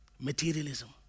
Materialism